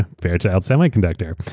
fairchild semiconductor.